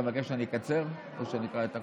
אתה מבקש שאני אקצר או שאני אקרא את הכול?